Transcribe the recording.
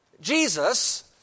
Jesus